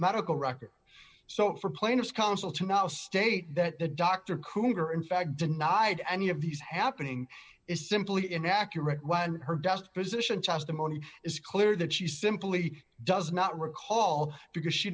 medical records so for plaintiff's counsel to now state that the doctor cooter in fact denied any of these happening is simply inaccurate when her best position testimony is clear that she simply does not recall because